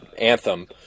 Anthem